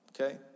Okay